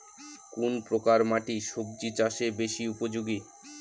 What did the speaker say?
কোন প্রকার মাটি সবজি চাষে বেশি উপযোগী?